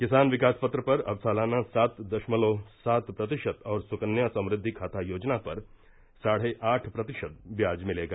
किसान विकास पत्र पर अब सालाना सात दशमलव सात प्रतिशत और सुकन्या समृद्धि खाता योजना पर साढ़े आठ प्रतिशत ब्याज मिलेगा